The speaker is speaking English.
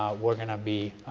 we're going to be